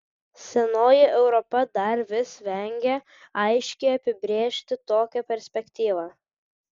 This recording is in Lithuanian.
senoji europa dar vis vengia aiškiai apibrėžti tokią perspektyvą